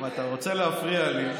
אם אתם רוצים להפריע לי,